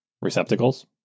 receptacles